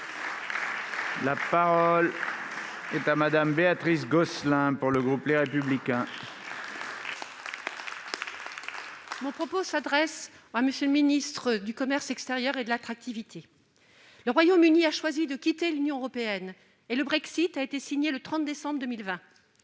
La parole est à Mme Béatrice Gosselin, pour le groupe Les Républicains. Ma question s'adresse à M. le ministre délégué chargé du commerce extérieur et de l'attractivité. Le Royaume-Uni a choisi de quitter l'Union européenne, et le Brexit a été signé le 30 décembre 2020.